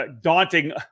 daunting